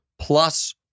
plus